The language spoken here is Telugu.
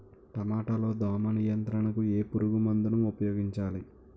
టమాటా లో దోమ నియంత్రణకు ఏ పురుగుమందును ఉపయోగించాలి?